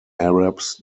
arabs